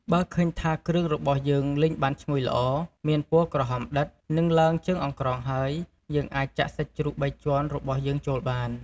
បើឃើញថា គ្រឿងរបស់យើងលីងបានឈ្ងុយល្អ មានពណ៌ក្រហមដិត និងឡើងជើងអង្ក្រងហើយ យើងអាចចាក់សាច់ជ្រូកបីជាន់របស់យើងចូលបាន។